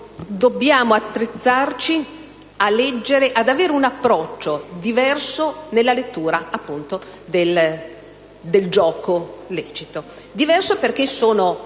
dobbiamo attrezzarci ad avere un approccio diverso nella lettura del gioco lecito. Diverso perché sono